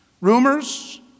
Rumors